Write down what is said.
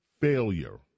failure